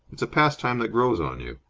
it's a pastime that grows on you.